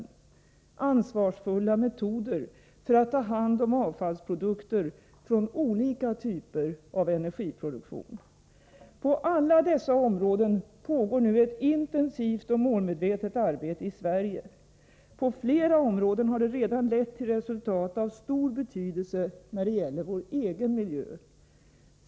Oo Ansvarsfulla metoder för att ta hand om avfallsprodukter från olika typer av energiproduktion. På alla dessa områden pågår nu ett intensivt och målmedvetet arbete i Sverige. På flera områden har det redan lett till resultat av stor betydelse för vår egen miljö.